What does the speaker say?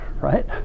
right